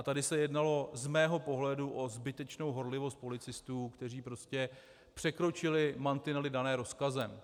Tady se jednalo z mého pohledu o zbytečnou horlivost policistů, kteří prostě překročili mantinely dané rozkazem.